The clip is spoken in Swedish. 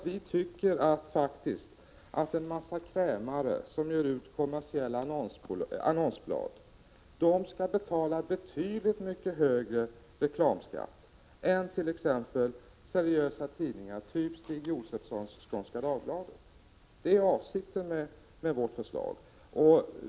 Vi tycker faktiskt att en massa krämare som ger ut kommersiella annonsblad skall betala betydligt högre reklamskatt än t.ex. seriösa tidningar, typ Stig Josefsons Skånska Dagbladet. Det är avsikten med vårt förslag.